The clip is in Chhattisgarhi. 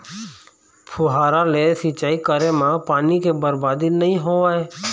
फुहारा ले सिंचई करे म पानी के बरबादी नइ होवय